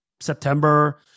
September